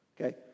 Okay